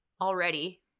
already